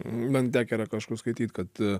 man tekę yra kažkur skaityti kad